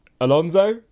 Alonso